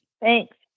Thanks